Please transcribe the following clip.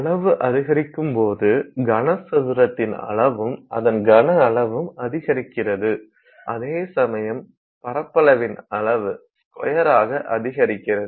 அளவு அதிகரிக்கும் போது கனசதுரத்தின் அளவும் அதன் கன அளவும் அதிகரிக்கிறது அதேசமயம் பரப்பளவின் அளவு ஸ்கொயர் ஆக அதிகரிக்கிறது